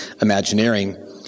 Imagineering